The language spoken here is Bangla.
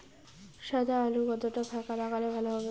সাদা আলু কতটা ফাকা লাগলে ভালো হবে?